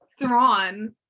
Thrawn